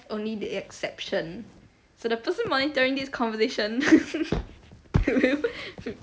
only the exception so the person monitoring this conversation